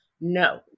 no